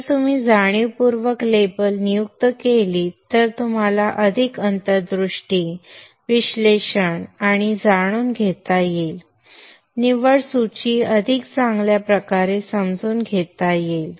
जर तुम्ही जाणीवपूर्वक लेबल नियुक्त केलीत तर तुम्हाला अधिक अंतर्दृष्टी विश्लेषण आणि जाणून घेता येईल निव्वळ सूची अधिक चांगल्या प्रकारे समजून घेता येईल